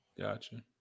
Gotcha